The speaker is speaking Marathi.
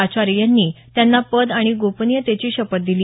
आचार्य यांनी त्यांना पद आणि गोपनीयतेची शपथ दिली